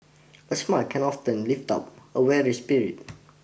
a smile can often lift up a weary spirit